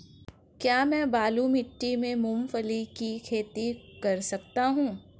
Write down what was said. क्या मैं बालू मिट्टी में मूंगफली की खेती कर सकता हूँ?